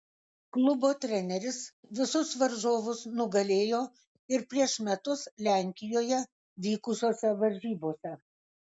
klubo treneris visus varžovus nugalėjo ir prieš metus lenkijoje vykusiose varžybose